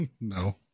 No